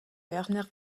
werner